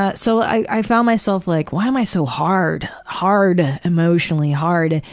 ah so i found myself like, why am i so hard? hard, emotionally hard?